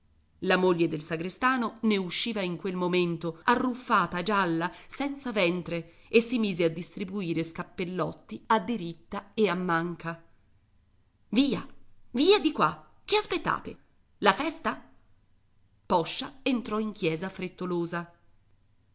la moglie del sagrestano ne usciva in quel momento arruffata gialla senza ventre e si mise a distribuire scappellotti a diritta e a manca via via di qua che aspettate la festa poscia entrò in chiesa frettolosa